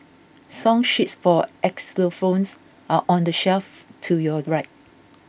song sheets for xylophones are on the shelf to your right